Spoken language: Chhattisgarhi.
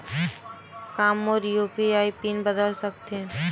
का मोर यू.पी.आई पिन बदल सकथे?